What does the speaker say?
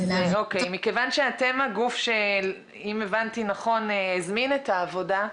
אם הבנתי נכון, אתם הגוף שהזמין את העבודה,